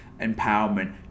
empowerment